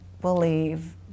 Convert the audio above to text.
believe